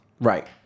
Right